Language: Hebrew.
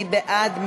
מי בעד?